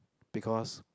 because